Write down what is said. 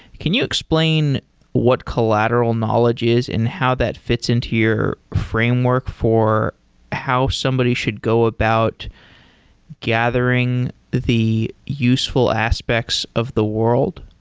can you explain what collateral knowledge is and how that fits into your framework for how somebody should go about gathering the useful aspects of the world?